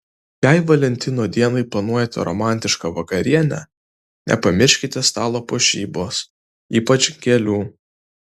jei valentino dienai planuojate romantišką vakarienę nepamirškite stalo puošybos ypač gėlių